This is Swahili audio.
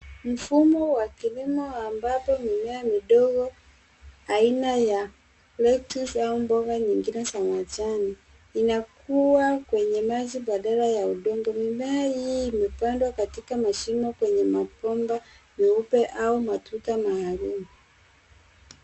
Mfumo wa kilimo ambapo mimea midogo aina ya lettuce au mboga nyingine za majani inakua kwenye maji badala ya udongo. Mimea hii imepandwa katika mashimo kwenye mabomba meupe au matuta maalum.